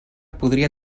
podria